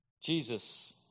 Jesus